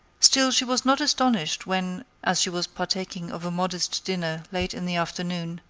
still she was not astonished when, as she was partaking of a modest dinner late in the afternoon,